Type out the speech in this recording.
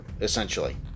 essentially